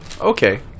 Okay